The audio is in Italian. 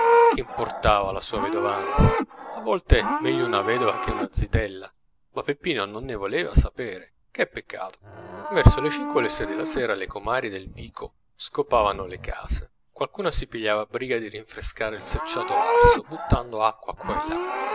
che importava la sua vedovanza a volte meglio una vedova che una zitella ma peppino non ne voleva sapere che peccato verso le cinque o le sei della sera le comari del vico scopavano le case qualcuna si pigliava briga di rinfrescare il selciato arso buttando acqua qua